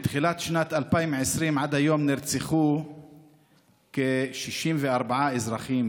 מתחילת שנת 2020 עד היום נרצחו כ-64 אזרחים